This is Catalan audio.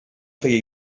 feia